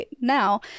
Now